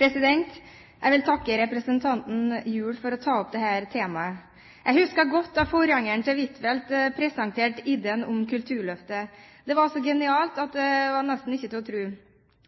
livsvilkår. Jeg vil takke representanten Gjul for å ta opp dette temaet. Jeg husker godt da forgjengeren til Huitfeldt presenterte ideen om Kulturløftet. Det var så genialt at det var nesten ikke til å tro.